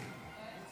--- תתגייס,